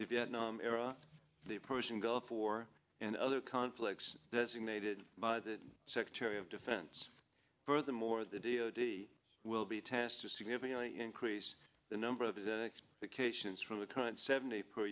the vietnam era the persian gulf war and other conflicts as invaded by the secretary of defense furthermore the d o d will be tested significantly increase the number of occasions from the current seventy per